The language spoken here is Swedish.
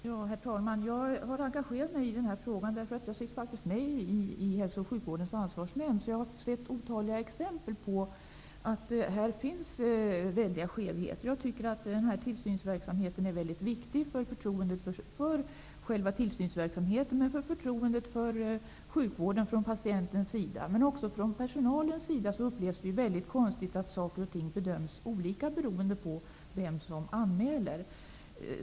Herr talman! Jag har engagerat mig i denna fråga därför att jag sitter med i Hälso och Sjukvårdens ansvarsnämnd. Jag har sett otaliga exempel på att det finns väldiga skevheter här. Jag tycker att den här tillsynsverksamheten är väldigt viktig för förtroendet för själva tillsynsverksamheten och för patientens förtroende för sjukvården. Men också sjukvårdspersonalen upplever det som väldigt konstigt att olika bedömningar görs beroende på vem som anmäler.